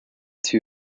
two